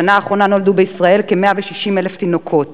בשנה האחרונה נולדו בישראל כ-160,000 תינוקות,